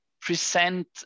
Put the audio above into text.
present